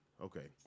Okay